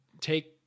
take